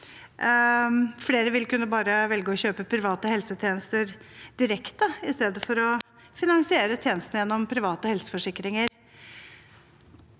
flere vil kunne velge å kjøpe private helsetjenester direkte, i stedet for å finansiere tjenestene gjennom private helseforsikringer.